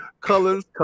colors